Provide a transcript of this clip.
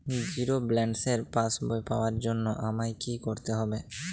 Zero ব্যালেন্সের পাসবই পাওয়ার জন্য আমায় কী করতে হবে?